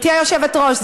היושבת-ראש,